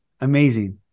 Amazing